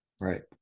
right